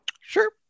Sure